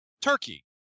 turkey